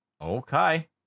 Okay